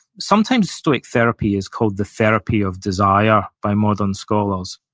sometimes stoic therapy is called the therapy of desire, by modern scholars,